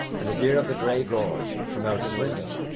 and the deer of the grey gorge from out his window.